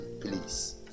please